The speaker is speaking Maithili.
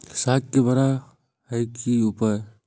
साग के बड़ा है के उपाय?